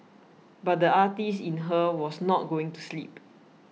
but the artist in her was not going to sleep